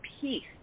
peace